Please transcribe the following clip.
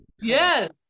Yes